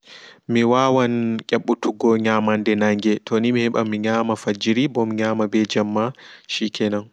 Miwawan nyaɓɓutugo nyamande naange toni mi heɓan mi nyama fajjiri ɓo mi nyama ɓe jemma shikenan.